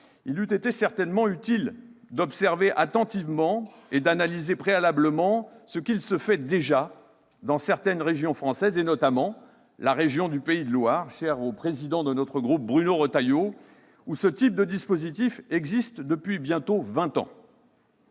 il eût été certainement utile d'observer attentivement et d'analyser préalablement ce qu'il se fait déjà dans certaines régions françaises, notamment en Pays de la Loire, région chère au président de notre groupe, Bruno Retailleau, où ce type de dispositif existe depuis bientôt vingt ans.